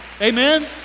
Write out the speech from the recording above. Amen